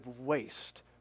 waste